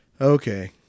okay